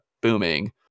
booming